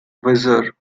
weser